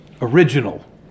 Original